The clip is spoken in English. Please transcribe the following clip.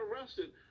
arrested